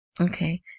Okay